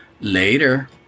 Later